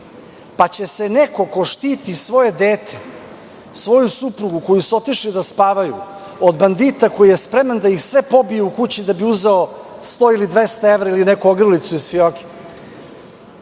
pa će se neko ko štiti svoje dete, svoju suprugu, koji su otišli da spavaju, od bandita koji je spreman da ih sve pobije u kući da bi uzeo sto ili dvesta evra ili neku ogrlicu iz fioke,